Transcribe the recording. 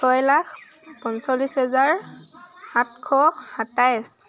ছয় লাখ পঞ্চল্লিছ হেজাৰ সাতশ সাতাইছ